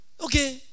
okay